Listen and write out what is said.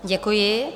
Děkuji.